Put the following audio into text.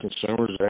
consumers